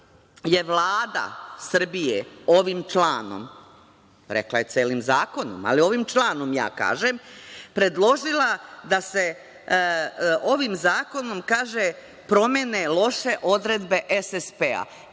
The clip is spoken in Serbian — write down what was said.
je Vlada Srbije ovim članom, rekla je celim zakonom, ali ovim članom ja kažem, predložila da se ovim zakonom kaže - promene loše odredbe SSP.